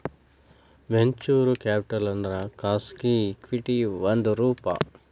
venture capital ಅಂದ್ರ ಖಾಸಗಿ equity ಒಂದ್ ರೂಪ